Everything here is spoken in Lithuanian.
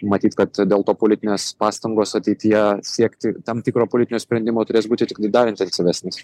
matyt kad dėl to politinės pastangos ateityje siekti tam tikro politinio sprendimo turės būti irgi dar intensyvesnės